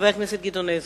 חבר הכנסת גדעון עזרא.